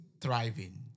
thriving